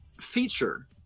feature